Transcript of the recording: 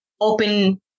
open